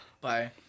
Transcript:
bye